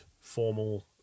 formal